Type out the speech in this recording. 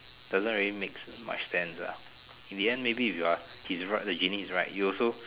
doesn't know really makes much sense ah in the end maybe if you're he's right if the genie is right you also